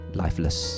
lifeless